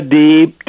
deep